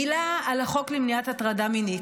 מילה על החוק למניעת הטרדה מינית.